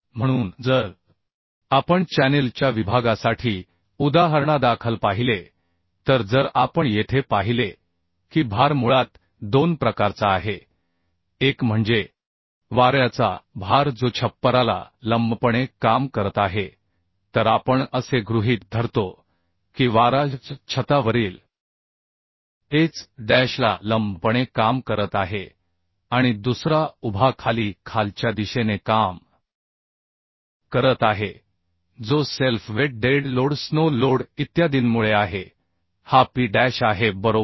म्हणून जर आपण चॅनेल च्या विभागासाठी उदाहरणादाखल पाहिले तर जर आपण येथे पाहिले की भार मुळात दोन प्रकारचा आहे एक म्हणजेवाऱ्याचा भार जो छप्पराला लंबपणे काम करत आहे तर आपण असे गृहीत धरतो की वारा छतावरील h डॅशला लंबपणे काम करत आहे आणि दुसरा उभा खाली खालच्या दिशेने काम करत आहे जो self weight dead load snow load इत्यादींमुळे आहे हा P डॅश आहे बरोबर